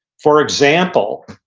for example,